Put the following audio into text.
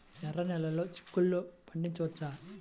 ఎర్ర నెలలో చిక్కుల్లో పండించవచ్చా?